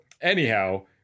anyhow